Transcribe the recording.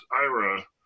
Ira